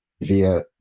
via